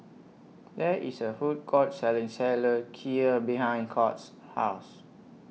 There IS A Food Court Selling seller Kheer behind Scott's House